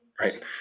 Right